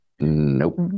Nope